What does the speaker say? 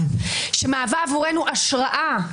שמהווה עבורנו השראה,